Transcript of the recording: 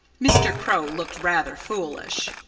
mr. crow looked rather foolish.